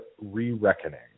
Re-Reckoning